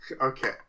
Okay